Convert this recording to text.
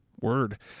word